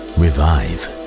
revive